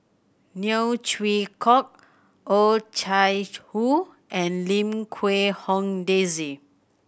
Neo Chwee Kok Oh Chai Hoo and Lim Quee Hong Daisy